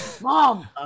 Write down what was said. Mom